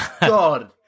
God